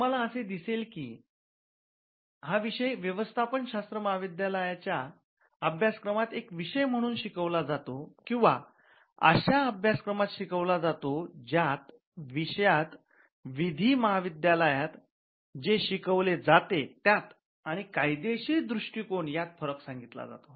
तुम्हाला असे दिसून येईल की हा विषय व्यवस्थापन शास्त्र महाविद्यला च्या अभ्यासक्रमात एक विषय म्हणून शिकवला जातो किंवा अशा अभ्यासक्रमात शिकवला जातो ज्या विषयात विधी महाविद्यालयात जे शिकवले जाते त्यात आणि कायदेशीर दृष्टिकोनात यात फरक सांगितला जातो